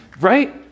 right